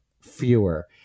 fewer